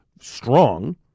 strong